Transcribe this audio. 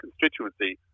constituency